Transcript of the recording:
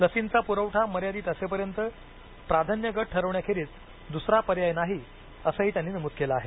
लसींचा पुरवठा मर्यादित असेपर्यंत प्राधान्य गट ठरविण्याखेरीज दुसरा पर्याय नाही असंही त्यांनी नमूद केलं आहे